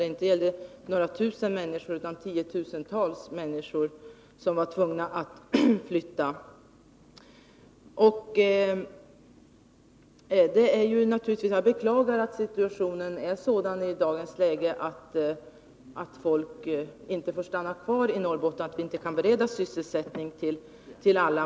Det gällde då inte något tusentals människor utan tiotusentals människor, som var tvungna att flytta. Det är naturligtvis att beklaga att situationen är sådan i dagens läge att folk inte får stanna kvar i Norrbotten och att vi inte kan bereda sysselsättning åt alla.